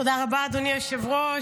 תודה רבה, אדוני היושב-ראש.